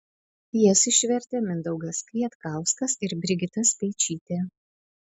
jas išvertė mindaugas kvietkauskas ir brigita speičytė